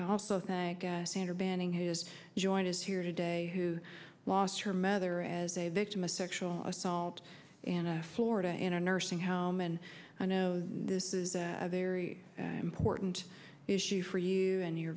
also thank senator banning his joining us here today who lost her mother as a victim of sexual assault in a florida in a nursing home and i know this is a very important issue for you and you're